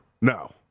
no